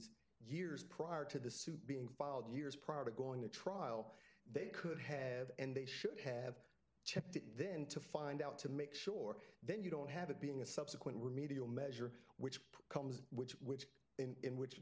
discrepancies years prior to the suit being filed years prior to going to trial they could have and they should have checked it then to find out to make sure then you don't have it being a subsequent remedial measure which comes which which in which